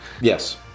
Yes